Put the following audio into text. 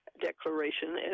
declaration